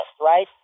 right